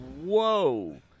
Whoa